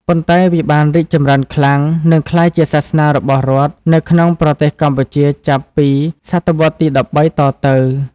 ប៉ុន្តែវាបានរីកចម្រើនខ្លាំង និងក្លាយជាសាសនារបស់រដ្ឋនៅក្នុងប្រទេសកម្ពុជាចាប់ពី សតវត្សរ៍ទី ១៣ តទៅ។